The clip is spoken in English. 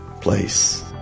place